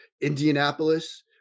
Indianapolis